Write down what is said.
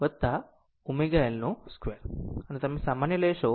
અને આ તમે સામાન્ય લેશો